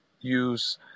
use